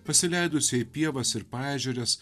pasileidusią į pievas ir paežeres